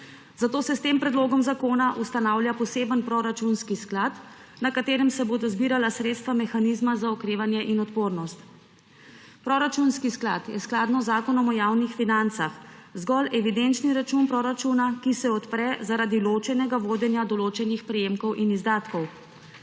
Zato se s tem predlogom zakona ustanavlja poseben proračunski sklad, na katerem se bodo zbirala sredstva mehanizma za okrevanje in odpornost. Proračunski sklad je skladno z Zakonom o javnih financah zgolj evidenčni račun proračuna, ki se odpre zaradi ločenega vodenja določenih prejemkov in izdatkov.